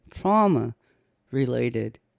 trauma-related